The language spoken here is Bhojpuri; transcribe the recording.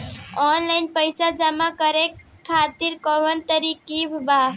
आनलाइन पइसा जमा करे खातिर कवन तरीका बा?